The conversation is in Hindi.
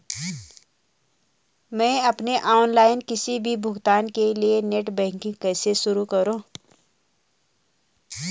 मैं अपने ऑनलाइन किसी भी भुगतान के लिए नेट बैंकिंग कैसे शुरु करूँ?